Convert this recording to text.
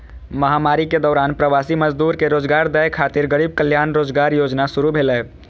महामारी के दौरान प्रवासी मजदूर कें रोजगार दै खातिर गरीब कल्याण रोजगार योजना शुरू भेलै